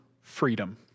freedom